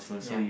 yeah